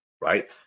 right